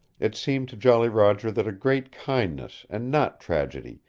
it seemed to jolly roger that a great kindness, and not tragedy,